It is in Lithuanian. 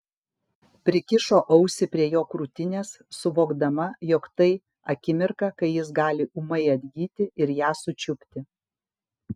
prikišo ausį prie jo krūtinės suvokdama jog tai akimirka kai jis gali ūmai atgyti ir ją sučiupti